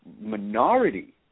minority